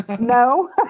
no